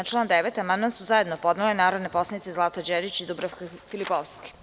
Na član 9. amandman su zajedno podnele narodne poslanice Zlata Đerić i Dubravka Filipovski.